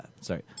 sorry